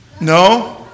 no